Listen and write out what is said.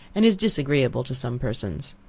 and is disagreeable to some persons.